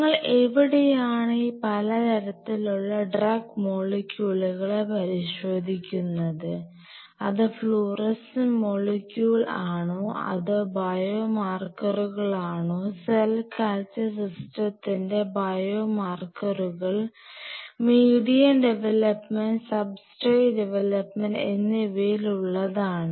നിങ്ങൾ എവിടെയാണ് ഈ പലതരത്തിലുള്ള ഡ്രഗ് മോളിക്യൂളുകളെ പരിശോധിക്കുന്നത് അത് ഫ്ലുറെസെൻറ് മോളിക്യൂൾ ആണോ അതോ ബയോ മാർക്കറുകളാണോ സെൽ കൾച്ചർ സിസ്റ്റത്തിന്റെ ബയോ മാർക്കറുകൾ മീഡിയം ഡെവലപ്മെൻറ് സബ്സ്ട്രേറ്റ് ഡെവലപ്മെൻറ് എന്നിവയിൽ ഉള്ളതാണ്